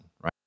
right